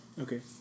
Okay